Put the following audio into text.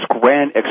grand